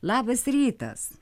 labas rytas